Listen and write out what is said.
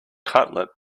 cutlet